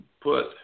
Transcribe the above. put